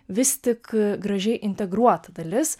vis tik gražiai integruota dalis